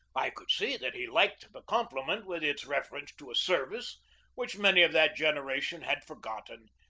i could see that he liked the compliment with its reference to a service which many of that genera tion had forgotten,